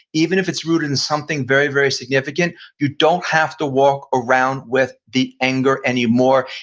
even if it's rooted in something very, very significant you don't have to walk around with the anger anymore.